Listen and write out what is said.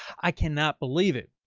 i can not believe it.